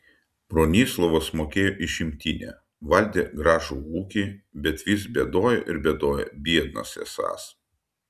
bronislovas mokėjo išimtinę valdė gražų ūkį bet vis bėdojo ir bėdojo biednas esąs